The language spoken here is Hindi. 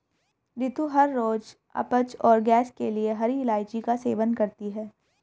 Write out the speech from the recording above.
रितु हर रोज अपच और गैस के लिए हरी इलायची का सेवन करती है